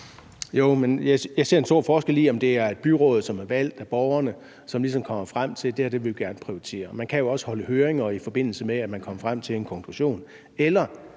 Jeg ser en stor forskel på, om det er et byråd, som er valgt af borgerne, og som ligesom kommer frem til, at det her vil de gerne prioritere – og man kan jo også holde høringer, i forbindelse med at man kommer frem til en konklusion